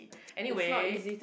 anyway